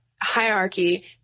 hierarchy